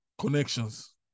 connections